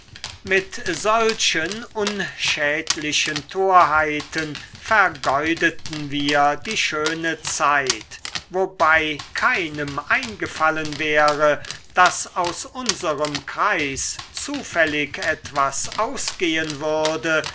mit solchen unschädlichen torheiten vergeudeten wir die schöne zeit wobei keinem eingefallen wäre daß aus unserem kreis zufällig etwas ausgehen würde